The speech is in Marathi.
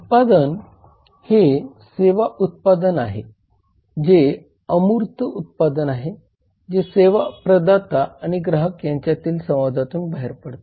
उत्पादन हे सेवा उत्पादन आहे जे अमूर्त उत्पादन आहे जे सेवा प्रदाता आणि ग्राहक यांच्यातील संवादातून बाहेर पडते